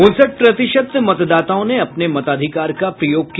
उनसठ प्रतिशत मतदाताओं ने अपने मताधिकार का प्रयोग किया